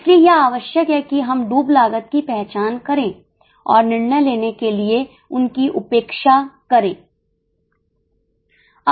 इसलिए यह आवश्यक है कि हम डूब लागत की पहचान करें और निर्णय लेने के लिए उनकी उपेक्षा करें